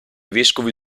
vescovi